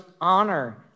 honor